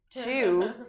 Two